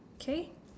okay